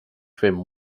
fent